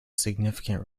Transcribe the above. significant